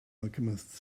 alchemist